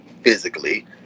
physically